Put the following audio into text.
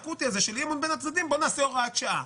בין הצדדים ולכן נעשה את זה הוראת שעה.